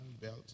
belt